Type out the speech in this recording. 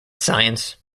science